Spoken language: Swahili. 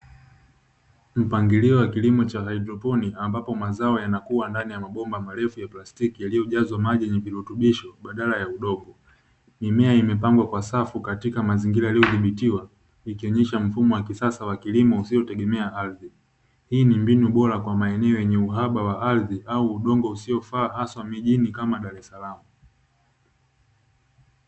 Mpangilio wa kilimo cha haidroponi, ambapo mazao yanakua ndani ya mabomba marefu ya plastiki, yaliyojazwa maji yenye virutubisho badala ya udongo, mimea imepangwa kwa safu katika mazingira yaliyodhibitiwa, ikionyesha mfumo wa kisasa wa kilimo usiotegemea ardhi, hii ni mbinu bora kwa maeneo yenye uhaba wa ardhi, au udongo usiofaa, hasa mijini kama Dar es salaam.